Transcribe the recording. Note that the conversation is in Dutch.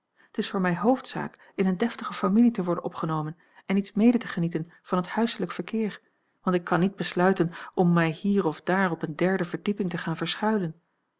t is voor mij hoofdzaak in eene deftige familie te worden opgenomen en iets mede te genieten van het huislijk verkeer want ik kan niet besluiten om mij hier of daar op een derde verdieping te gaan verschuilen